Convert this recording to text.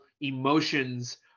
emotions